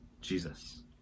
Jesus